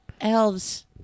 elves